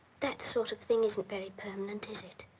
that sort of thing isn't very permanent, is it?